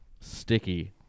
sticky